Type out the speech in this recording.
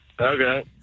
Okay